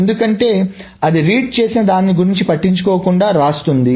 ఎందుకంటే అది రీడ్ చేసిన దాని గురించి పట్టించుకోకుండా వ్రాస్తోంది